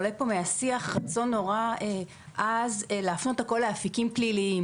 עולה פה מהשיח רצון נורא עז להפנות הכל לאפיקים פליליים